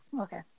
Okay